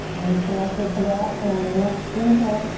reconnect with the breath and on your next inhale,